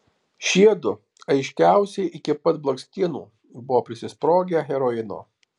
šiedu aiškiausiai iki pat blakstienų buvo prisisprogę heroino